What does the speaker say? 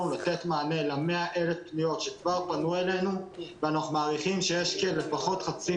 לתת מענה ל-100 אלף פניות אלינו ואנחנו מעריכים שיש כחצי